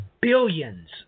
billions